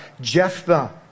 Jephthah